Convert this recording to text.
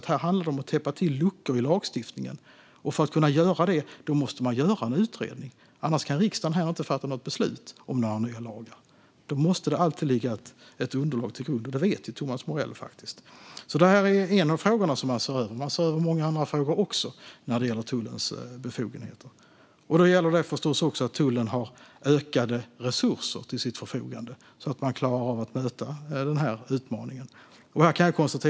Det handlar om att täppa till luckor i lagstiftningen, och för att kunna göra det måste man först göra en utredning, annars kan riksdagen inte fatta beslut om nya lagar. Det måste finnas ett underlag som grund, och det vet Thomas Morell. Det här är en av de frågor som vi ser över, men vi ser även över många andra frågor om tullens befogenheter. Då gäller förstås att tullen också har ökade resurser till sitt förfogande så att den klarar av att möta denna utmaning.